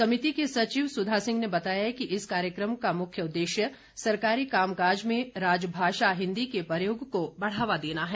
समिति की सचिव सुधा सिंह ने बताया कि इस कार्यक्रम का मुख्य उद्देश्य सरकारी कामकाज में राजभाषा हिन्दी के प्रयोग को बढ़ावा देना है